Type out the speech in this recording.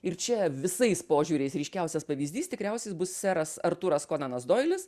ir čia visais požiūriais ryškiausias pavyzdys tikriausi bus seras artūras konanas doilis